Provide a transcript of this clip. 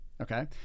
Okay